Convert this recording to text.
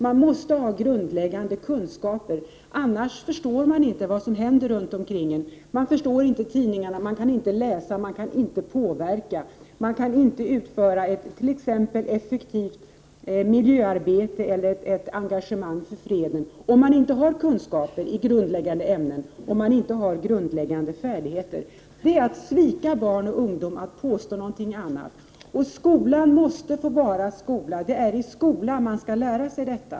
Man måste ha grundläggande kunskaper, annars förstår man inte vad som händer i omvärlden. Man förstår inte tidningarna, man kan inte läsa och man kan inte påverka. Om man inte har kunskaper i grundlägganden ämnen och grundläggande färdigheter, kan man inte utföra ett effektivt miljöarbete eller engagera sig för freden. Att påstå något annat är att svika barn och ungdom. Skolan måste få vara skola. Det är i skolan man skall lära sig.